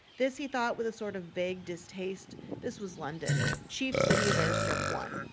this, he thought with a sort of vague distaste this was london, chief city of airstrip one,